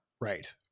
Right